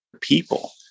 people